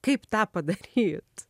kaip tą padaryt